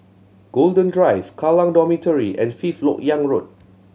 Golden Drive Kallang Dormitory and Fifth Lok Yang Road